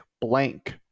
blank